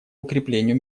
укреплению